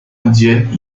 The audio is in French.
indienne